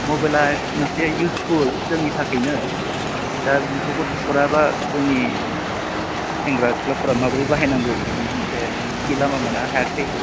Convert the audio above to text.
मबाइलआ मोनसे इउजफुल जोंनि थाखायनो दा बेखौ गथ'फोरा बा जोंनि सेंग्रा सिख्लाफोरा माबोरै बाहायनांगौ बेनि मोनसे थि लामा मोननो हायाखै